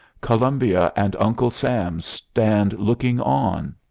columbia and uncle sam stand looking on.